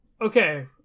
okay